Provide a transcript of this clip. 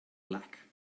black